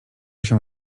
się